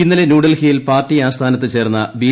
ഇന്നലെ ന്യൂഡൽഹിയിൽ പാർട്ടി ആസ്ഥാനത്തു ചേർന്ന ബി